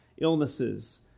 illnesses